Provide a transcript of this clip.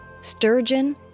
sturgeon